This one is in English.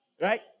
right